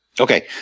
Okay